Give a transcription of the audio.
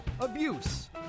abuse